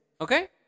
Okay